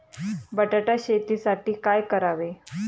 बटाटा शेतीसाठी काय करावे?